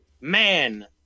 Man